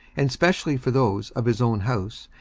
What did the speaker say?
and specially for those of his own house,